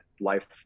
life